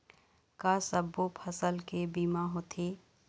का सब्बो फसल के बीमा होथे?